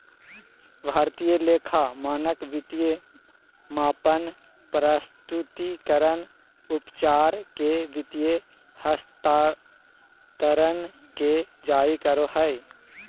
भारतीय लेखा मानक वित्तीय मापन, प्रस्तुतिकरण, उपचार के वित्तीय हस्तांतरण के जारी करो हय